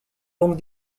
longue